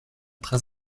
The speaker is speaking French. très